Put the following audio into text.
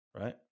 right